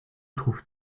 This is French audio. trouves